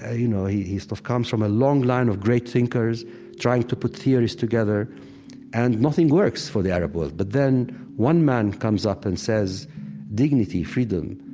ah you know he he sort of comes from a long line of great thinkers trying to put theories together and nothing works for the arab world. but then one man comes up and says dignity, freedom,